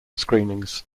screenings